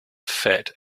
fat